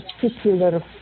particular